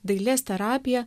dailės terapija